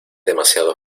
demasiado